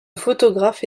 photographe